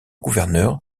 gouverneur